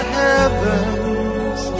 heavens